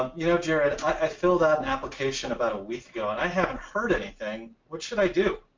you know jared i filled out application about a week ago and i haven't heard anything what should i do?